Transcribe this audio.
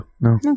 no